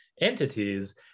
entities